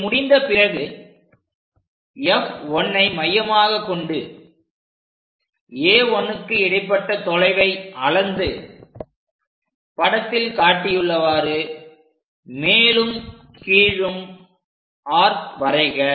இது முடிந்த பிறகு F1ஐ மையமாக கொண்டு A 1க்கு இடைப்பட்ட தொலைவை அளந்து படத்தில் காட்டியுள்ளவாறு மேலும் கீழும் ஆர்க் வரைக